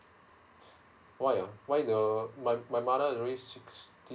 why ah why the my my mother is nearly six sixty